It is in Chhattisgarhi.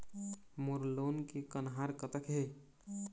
मोर लोन के कन्हार कतक हे?